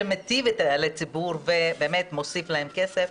שמיטיבות עם הציבור ומוסיפות לו כסף.